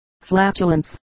flatulence